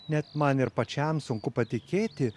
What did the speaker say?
net man ir pačiam sunku patikėti